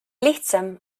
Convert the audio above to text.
lihtsam